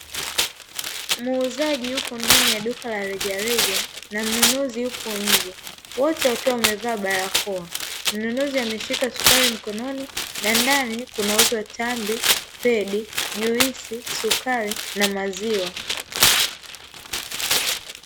Muuzaji yupo ndani ya duka la rejareja, na mnunuzi yupo nje, wote wakiwa wamevaa barakoa. Mnunuzi ameshika sukari mkononi, na ndani kunauzwa tambi, pedi, juisi, sukari na maziwa.